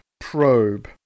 Probe